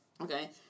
Okay